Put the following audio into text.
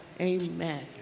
Amen